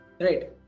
Right